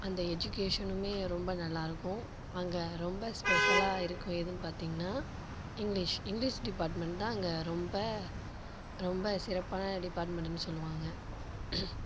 அந்த எஜிகேசனுமே ரொம்ப நல்லாயிருக்கும் அங்கே ரொம்ப ஸ்பெஷலாக இருக்கும் எதுன்னு பார்த்திங்ன்னா இங்கிலீஸ் இங்கிலீஸ் டிப்பார்ட்மன்ட்தான் அங்கே ரொம்ப ரொம்ப சிறப்பான டிப்பார்மன்ட்டுன்னு சொல்லுவாங்க